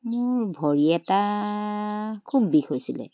মোৰ ভৰি এটা খুব বিষ হৈছিলে